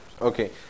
Okay